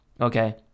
Okay